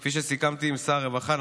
כפי שסיכמתי עם שר הרווחה,